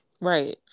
Right